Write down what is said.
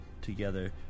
Together